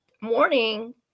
morning